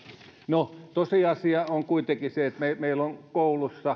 no tosiasia on kuitenkin se että meillä on koulussa